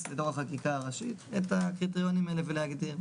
בתוך החקיקה הראשית את הקריטריונים האלה ולהגדיר.